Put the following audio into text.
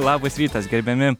labas rytas gerbiami